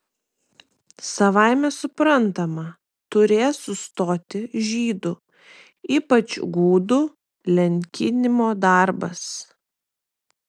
savaime suprantama turės sustoti žydų ypač gudų lenkinimo darbas